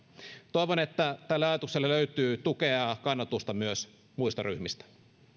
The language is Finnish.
toivon että tälle ajatukselle löytyy tukea ja kannatusta myös muista ryhmistä